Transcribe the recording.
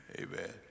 Amen